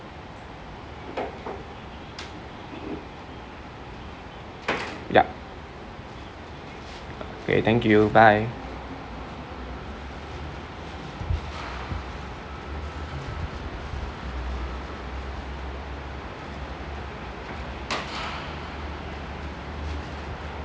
yup okay thank you bye